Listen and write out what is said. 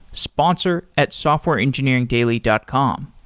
sponsor at softwareengineeringdaily dot com.